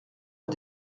est